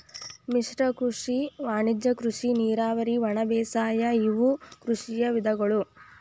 ಮಿಶ್ರ ಕೃಷಿ ವಾಣಿಜ್ಯ ಕೃಷಿ ನೇರಾವರಿ ಒಣಬೇಸಾಯ ಇವು ಕೃಷಿಯ ವಿಧಗಳು